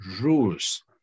rules